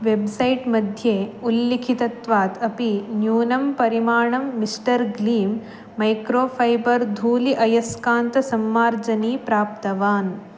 website मध्ये उल्लिखितत्वात् अपि न्यूनं परिमाणं मिस्टर् ग्लीं मैक्रोफैबर् धूलि अयस्कान्तसम्मार्जनी प्राप्तवान्